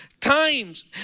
times